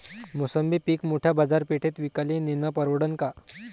मोसंबी पीक मोठ्या बाजारपेठेत विकाले नेनं परवडन का?